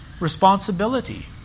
responsibility